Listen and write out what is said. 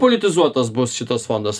politizuotas bus šitas fondas